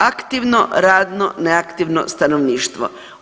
Aktivno radno neaktivno stanovništvo.